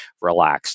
relaxed